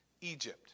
Egypt